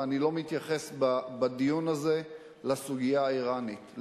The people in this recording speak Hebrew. ואני לא מתייחס בדיון הזה לסוגיה האירנית,